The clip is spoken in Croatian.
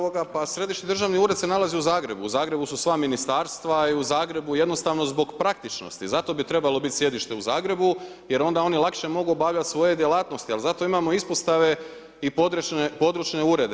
Kolega Vlaović, pa Središnji državni ured se nalazi u Zagrebu, u Zagrebu su sva ministarstva i u Zagrebu jednostavno zbog praktičnosti, zato bi trebalo biti sjedište u Zagrebu jer onda oni lakše mogu obavljati svoje djelatnosti ali zato imamo ispostave i područne urede.